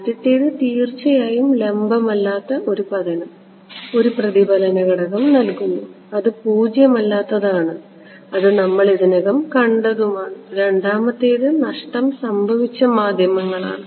ആദ്യത്തേത് തീർച്ചയായും ലംബം അല്ലാത്ത പതനം ഒരു പ്രതിഫലന ഘടകം നൽകുന്നു അത് പൂജ്യമല്ലാത്തതാണ് അത് നമ്മൾ ഇതിനകം കണ്ടതുമാണ് രണ്ടാമത്തേത് നഷ്ടം സംഭവിച്ച മാധ്യമങ്ങളാണ്